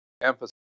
emphasis